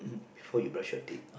before you brush your teeth